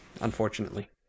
unfortunately